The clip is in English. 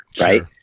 right